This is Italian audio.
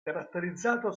caratterizzato